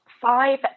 five